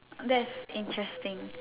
that's interesting